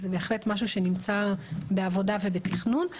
זה בהחלט משהו שנמצא בעבודה ובתכנון.